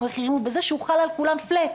מחירים הוא בזה שהוא חל על כולם flat,